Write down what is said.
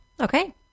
Okay